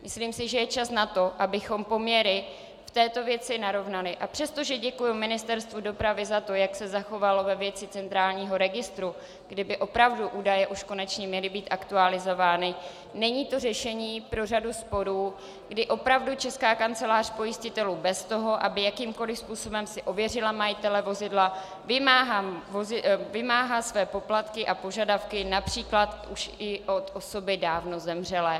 Myslím si, že je čas na to, abychom poměry v této věci narovnali, a přestože děkuji Ministerstvu dopravy za to, jak se zachovalo ve věci centrálního registru, kde by opravdu údaje už konečně měly být aktualizovány, není to řešení pro řadu sporů, kdy opravdu Česká kancelář pojistitelů bez toho, aby jakýmkoliv způsobem si ověřila majitele vozidla, vymáhá své poplatky a požadavky například už i od osoby dávno zemřelé.